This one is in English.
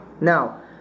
Now